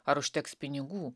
ar užteks pinigų